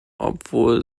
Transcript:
obwohl